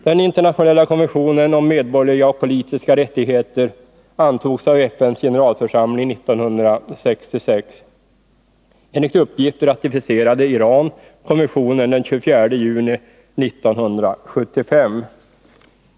Den internationella konventionen om medborgerliga och politiska rättigheter antogs av FN:s generalförsamling 1966. Enligt uppgift ratificerade Iran konventionen den 24 juni 1975.